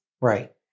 Right